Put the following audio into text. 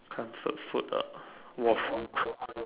comfort food uh waffles